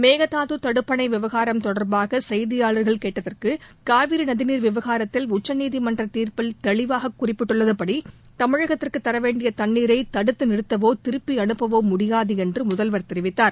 மேகதாது தடுப்பணை விவாகரம் தொடர்பாக செய்தியாளர்கள் கேட்டதற்கு காவிரி நதிநீர் விவகாரத்தில் உச்சநீதிமன்ற தீர்ப்பில் தெளிவாக குறிப்பிட்டுள்ளதுபடி தமிழகத்திற்கு தர வேண்டிய தண்ணீரை தடுத்து நிறுத்தவோ திருப்பி அனுப்பவோ முடியாது என்று முதல்வர் தெரிவித்தார்